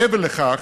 מעבר לכך,